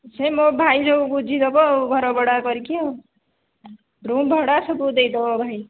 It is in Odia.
ସେ ମୋ ଭାଇ ଯେଉଁ ବୁଝି ଦେବ ଘର ଭଡ଼ା କରିକି ଆଉ ରୁମ ଭଡ଼ା ସବୁ ଦେଇଦେବ ଭାଇ